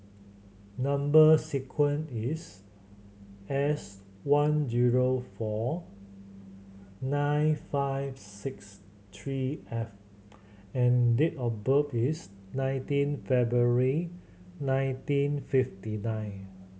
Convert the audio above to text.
number sequence is S one zero four nine five six three F and date of birth is nineteen February nineteen fifty nine